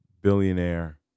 billionaire